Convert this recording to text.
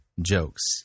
jokes